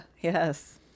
Yes